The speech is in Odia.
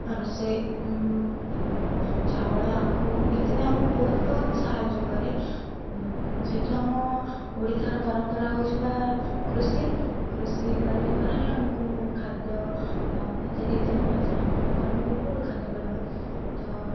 ରୋଷେଇ ଚାଉଳ ଆଖୁ ଇତ୍ୟାଦି ଆମକୁ ବହୁତ ବହୁତ ସାହାଯ୍ୟ କରେ ଯେହେତୁ ଆମ ଓଡ଼ିଶାର ପରମ୍ପରା ହେଉଛି କୃଷି କୃଷି କରିବା ଦ୍ୱାରା ହିଁ ଆମକୁ ଖାଦ୍ୟ ଇତ୍ୟାଦି ଇତ୍ୟାଦି ମିଳିଥାଏ ନହେଲେ ତ ଆମକୁ କେଉଁଠୁ ଖାଦ୍ୟ ମିଳିବ ତ